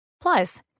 Plus